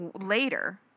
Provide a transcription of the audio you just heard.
later